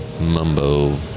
mumbo